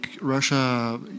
Russia